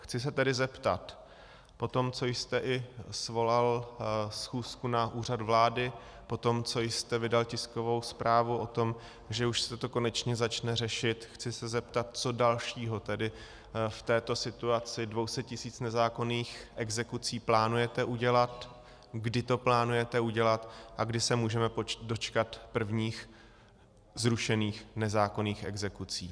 Chci se tedy zeptat, poté, co jste svolal schůzku na úřad vlády, poté, co jste vydal tiskovou zprávu o tom, že už se to konečně začne řešit, chci se zeptat, co dalšího tedy v této situaci 200 tisíc nezákonných exekucí plánujete udělat, kdy to plánujete udělat a kdy se můžeme dočkat prvních zrušených nezákonných exekucí.